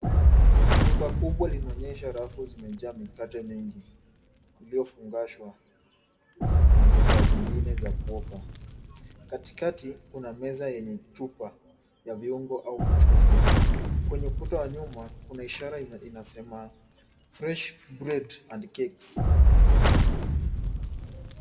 Duka kubwa linaonyesha rafu zimejaa mikate mengi iliyofungashwa na bidhaa zingine za kutoka. Katikati kuna meza yenye chupa ya viungo au mchuzi. Kwenye ukuta wa nyuma kuna ishara inasema fresh bread and cakes .